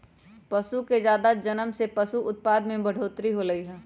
पशु के जादा जनम से पशु उत्पाद में बढ़ोतरी होलई ह